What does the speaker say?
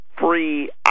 free